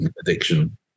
addiction